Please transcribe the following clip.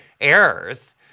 errors